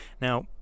Now